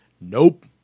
Nope